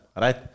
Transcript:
right